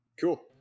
Cool